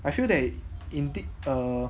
I feel that indeed err